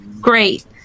Great